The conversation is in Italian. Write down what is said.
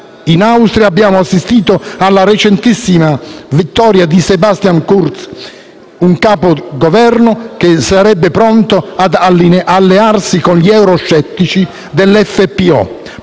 In Austria abbiamo assistito alla recentissima vittoria di Sebastian Kurz, un Capo di Governo che sarebbe pronto ad allearsi con gli euroscettici del FPÖ,